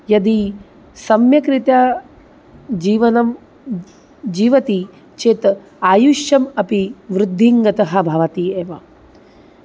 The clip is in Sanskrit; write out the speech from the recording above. यदि सम्यग्रीत्या जीवनं जीवति चेत् आयुष्यम् अपि वृद्धिङ्गतं भवति एव